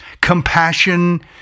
compassion